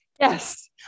Yes